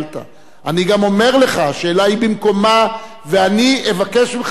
אני גם אומר לך: השאלה היא במקומה ואני אבקש ממך להעביר